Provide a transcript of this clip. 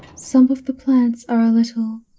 some of the plants are a little